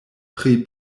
pri